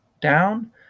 down